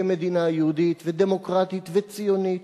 כמדינה יהודית ודמוקרטית וציונית,